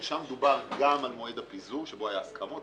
ושם דובר גם על מועד הפיזור שהיו עליו הסכמות.